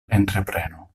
entrepreno